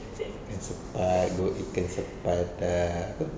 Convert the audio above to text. ikan sepat go ikan sepat ah apa